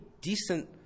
decent